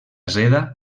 seda